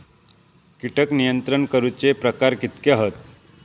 कीटक नियंत्रण करूचे प्रकार कितके हत?